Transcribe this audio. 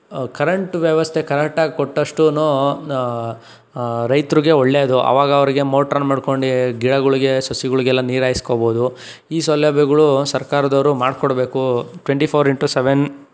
current ವ್ಯವಸ್ಥೆ ಕರೆಕ್ಟಾಗಿ ಕೊಟ್ಟಷ್ಟುನೂ ರೈತರಿಗೆ ಒಳ್ಳೆಯದು ಆವಾಗ ಅವರಿಗೆ ಮೋಟ್ರ್ ಆನ್ ಮಾಡ್ಕೊಂಡು ಗಿಡಗಳಿಗೆ ಸಸಿಗಳಿಗೆಲ್ಲ ನೀರಾಯ್ಸ್ಕೊಬಹುದು ಈ ಸೌಲಭ್ಯಗಳು ಸರ್ಕಾರದವರು ಮಾಡಿಕೊಡ್ಬೇಕು ಟ್ವೆಂಟಿ ಫೋರ್ ಇಂಟು ಸೆವೆನ್